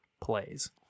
plays